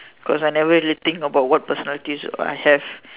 cause I never really think about what personalities I have